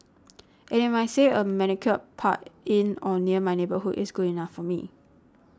and they might say a manicured park in or near my neighbourhood is good enough for me